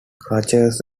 crutches